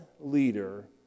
leader